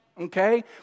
Okay